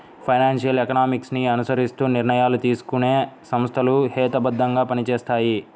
financial economics ని అనుసరిస్తూ నిర్ణయాలు తీసుకునే సంస్థలు హేతుబద్ధంగా పనిచేస్తాయి